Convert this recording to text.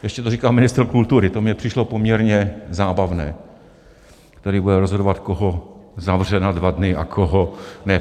A ještě to říkal ministr kultury, to mi přišlo poměrně zábavné, který bude rozhodovat, koho zavře na dva dny, a koho ne.